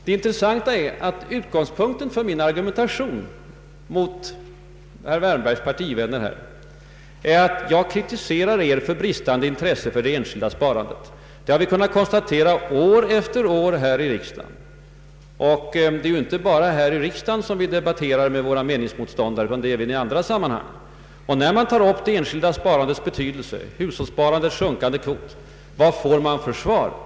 Det intressanta är utgångspunkten för min argumentation mot herr Wärnberg och hans partivänner; jag kritiserar er för bristande intresse för det enskilda sparandet. Det har vi kunnat konstatera år efter år här i riksdagen, och det är inte bara här i riksdagen som vi debatterat med våra meningsmotståndare utan även i andra sammanhang. Vad får man för svar när man framhåller det enskilda sparandets betydelse och hushållssparandets sjunkande kvot?